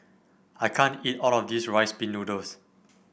i can't eat all of this Rice Pin Noodles